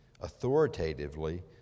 authoritatively